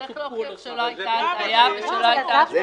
צריך להוכיח שלא הייתה הטעיה ושלא הייתה השפעה לא הוגנת.